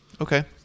Okay